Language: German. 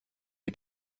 wir